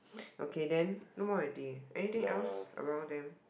okay then no more already anything else around them